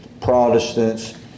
Protestants